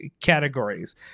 categories